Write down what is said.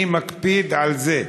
אני מקפיד על זה.